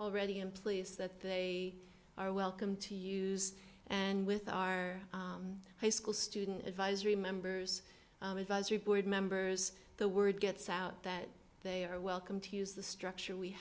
already in place that they are welcome to use and with our high school student advisory members board members the word gets out that they are welcome to use the structure we